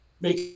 make